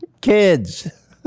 kids